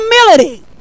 humility